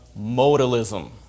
modalism